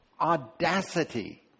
audacity